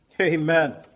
Amen